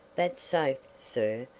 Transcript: that safe, sir,